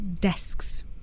desks